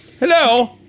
Hello